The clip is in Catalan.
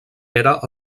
era